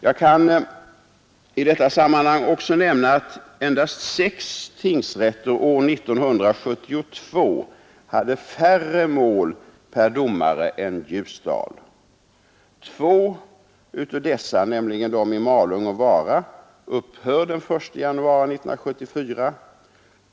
Jag kan i detta sammanhang också nämna att endast sex tingsrätter år 1972 hade färre mål per domare än Ljusdal. Två av dessa, nämligen de i Malung och Vara, upphör den 1 januari 1974.